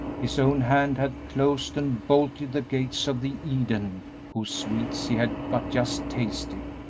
his own hand had closed and bolted the gates of the eden whose sweets he had but just tasted,